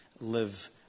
live